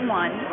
one